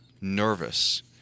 nervous